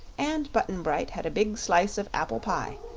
and button-bright had a big slice of apple pie,